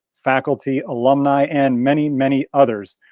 faculty, alumni and many, many others.